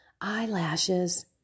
eyelashes